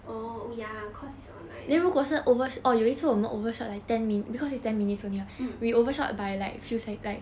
oh oh ya cause is online mm